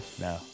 No